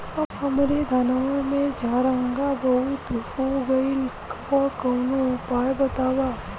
हमरे धनवा में झंरगा बहुत हो गईलह कवनो उपाय बतावा?